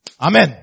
Amen